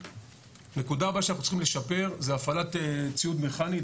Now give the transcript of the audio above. הנקודה הבאה שאנחנו צריכים לשפר זה הפעלת ציוד מכני,